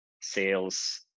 sales